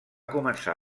començar